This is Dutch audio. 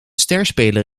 sterspeler